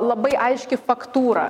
labai aiški faktūra